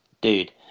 dude